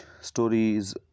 stories